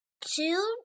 Two